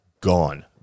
gone